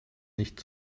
nicht